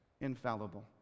infallible